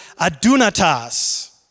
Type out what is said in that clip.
adunatas